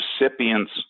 recipients